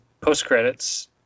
post-credits